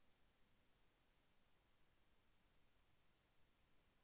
వరి పంటలో నీటి నిల్వ చేయవచ్చా?